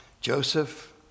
Joseph